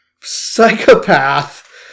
psychopath